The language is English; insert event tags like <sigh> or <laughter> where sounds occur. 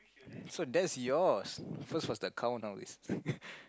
so that's yours so it's for the countdown <laughs>